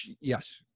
Yes